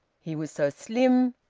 he was so slim,